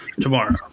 tomorrow